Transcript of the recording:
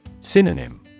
Synonym